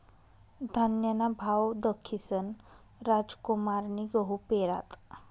धान्यना भाव दखीसन रामकुमारनी गहू पेरात